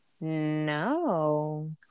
No